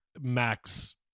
max